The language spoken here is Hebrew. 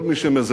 כל מי שמזלזל